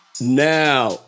now